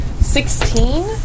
Sixteen